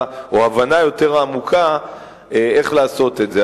או הבנה יותר עמוקה איך לעשות את זה.